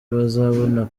bazabona